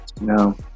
no